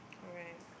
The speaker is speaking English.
alright